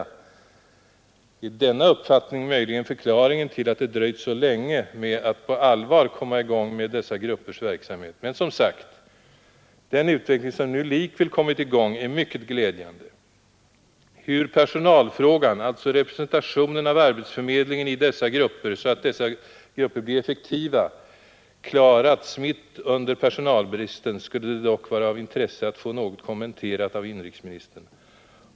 Är denna uppfattning möjligen förklaringen till att det dock dröjt så länge med att på allvar komma i gång med dessa gruppers verksamhet? Men som sagt: Den utveckling som nu likväl kommit i gång är mycket glädjande. Hur personalfrågan alltså representationen av arbetsförmedlingen i dessa grupper, så att grupperna blir effektiva — klarats mitt under personalbristen skulle det dock vara av intresse att få något kommenterat av inrikesministern.